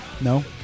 No